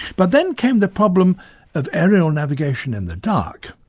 but then came the problem of aerial navigation in the dark.